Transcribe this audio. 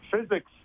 physics